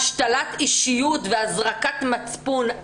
השתלת אישיות והזרקת מצפון.